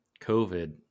COVID